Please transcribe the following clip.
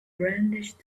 brandished